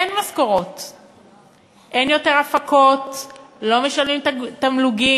אין משכורות, אין יותר הפקות, לא משלמים תמלוגים,